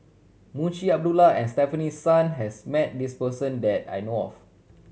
Munshi Abdullah and Stefanie Sun has met this person that I know of